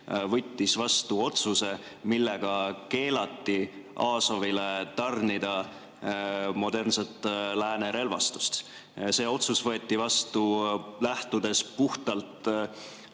võttis vastu otsuse, millega keelati Azovile tarnida modernset Lääne relvastust. See otsus võeti vastu, lähtudes puhtalt